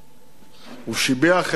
הוא שיבח את הפעולה,